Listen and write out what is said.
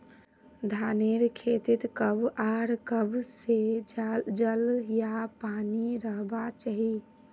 धानेर खेतीत कब आर कब से जल या पानी रहबा चही?